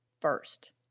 First